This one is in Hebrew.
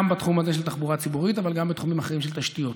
גם בתחום הזה של תחבורה ציבורית אבל גם בתחומים אחרים של תשתיות,